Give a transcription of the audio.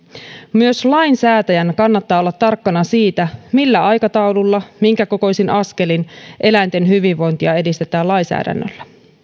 myös lainsäätäjän kannattaa olla tarkkana siitä millä aikataululla minkäkokoisin askelin eläinten hyvinvointia edistetään lainsäädännöllä